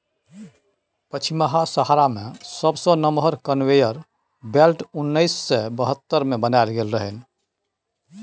पछिमाहा सहारा मे सबसँ नमहर कन्वेयर बेल्ट उन्नैस सय बहत्तर मे बनाएल गेल रहनि